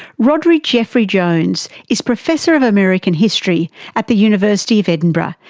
rhodri jeffrey-jones is professor of american history at the university of edinburgh,